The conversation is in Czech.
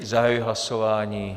Zahajuji hlasování.